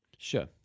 Sure